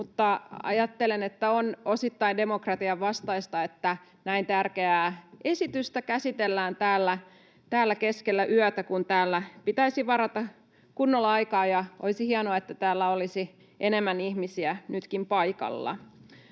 mutta ajattelen, että on osittain demokratian vastaista, että näin tärkeää esitystä käsitellään täällä keskellä yötä, kun täällä pitäisi varata kunnolla aikaa, ja olisi hienoa, että täällä olisi enemmän ihmisiä nytkin paikalla.